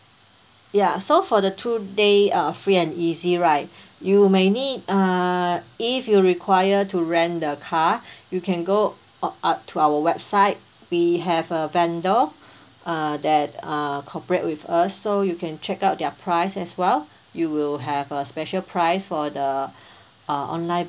ya so for the two day uh free and easy right you may need uh if you require to rent the car you can go ~ ook up to our website we have a vendor uh that uh cooperate with us so you can check out their price as well you will have a special price for the uh online